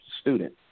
student